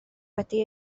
wedi